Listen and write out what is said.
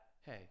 hey